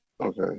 okay